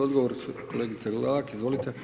Odgovor kolegice Glavak, izvolite.